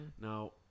Now